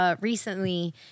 Recently